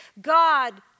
God